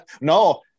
no